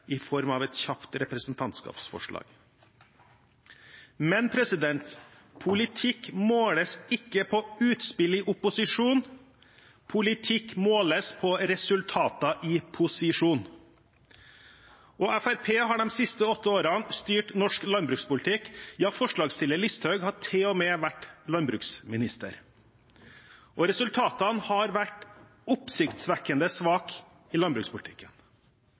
i form av et kjapt representantforslag. Men politikk måles ikke på utspill i opposisjon, politikk måles på resultater i posisjon. Fremskrittspartiet har de siste åtte årene styrt norsk landbrukspolitikk – ja, forslagsstiller Listhaug har til og med vært landbruksminister – og resultatene har vært oppsiktsvekkende svake i landbrukspolitikken.